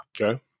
Okay